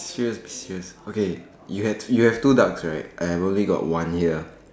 serious serious okay you have you have two ducks right I have only got one here